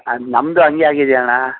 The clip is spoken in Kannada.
ಅದು ನಮ್ಮದು ಹಂಗೆ ಆಗಿದೆ ಅಣ್ಣ